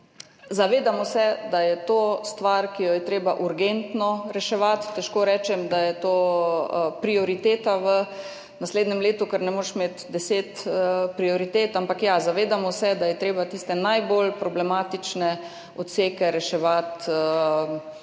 zavedamo, da je to stvar, ki jo je treba urgentno reševati. Težko rečem, da je to prioriteta v naslednjem letu, ker ne moreš imeti deset prioritet. Ampak ja, zavedamo se, da je treba tiste najbolj problematične odseke reševati čim